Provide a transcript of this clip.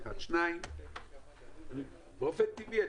אולי אני